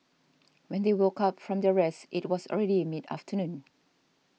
when they woke up from their rest it was already mid afternoon